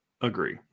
agree